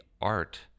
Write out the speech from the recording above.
art